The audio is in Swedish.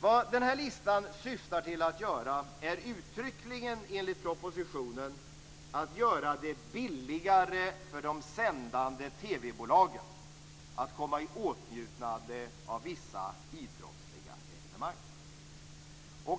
Vad den här listan syftar till att göra är uttryckligen enligt propositionen att göra det billigare för de sändande TV-bolagen att komma i åtnjutande av vissa idrottsliga evenemang.